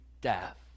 death